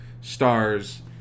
stars